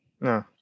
No